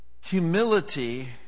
humility